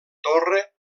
torre